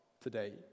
today